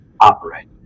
operate